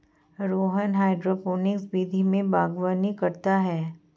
Rohan hydroponics विधि से बागवानी करता है